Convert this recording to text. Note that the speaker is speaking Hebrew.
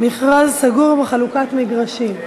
מכרז סגור בחלוקת מגרשים).